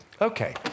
Okay